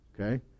Okay